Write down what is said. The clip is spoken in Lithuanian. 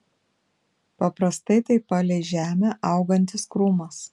paprastai tai palei žemę augantis krūmas